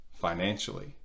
financially